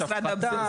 סליחה תרשו לי.